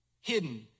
hidden